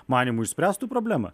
manymu išspręstų problemą